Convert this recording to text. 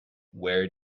where